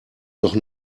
doch